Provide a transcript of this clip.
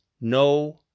no